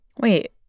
Wait